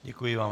Děkuji vám.